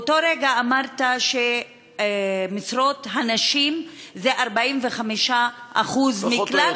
באותו רגע אמרת שמשרות הנשים זה 45% מכלל,